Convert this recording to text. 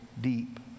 deep